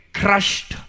crushed